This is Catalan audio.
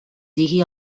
digui